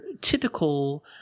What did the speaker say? typical